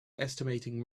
estimating